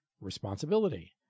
responsibility